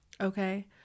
Okay